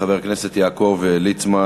חבר הכנסת יעקב ליצמן